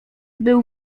był